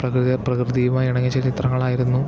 പ്രകൃതി പ്രകൃതിയുമായി ഇണങ്ങിയ ചിത്രങ്ങളായിരുന്നു